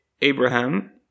Abraham